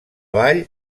vall